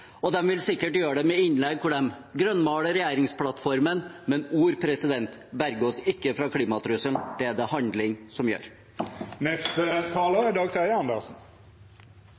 vil sikkert gjøre det med innlegg hvor de grønnmaler regjeringsplattformen, men ord berger oss ikke fra klimatrusselen. Det er det handling som gjør.